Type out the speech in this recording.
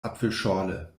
apfelschorle